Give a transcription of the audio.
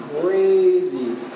crazy